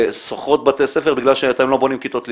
שוכרות בתי ספר בגלל שאתם לא בונים כיתות לימוד.